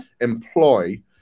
employ